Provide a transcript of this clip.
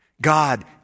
God